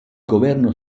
governo